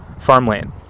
farmland